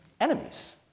enemies